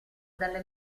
dalle